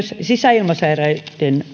sisäilmasairaiden